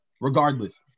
regardless